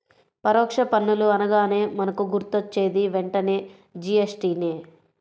పరోక్ష పన్నులు అనగానే మనకు గుర్తొచ్చేది వెంటనే జీ.ఎస్.టి నే